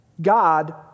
God